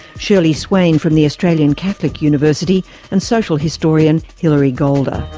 shurlee swain from the australian catholic university and social historian hilary golder.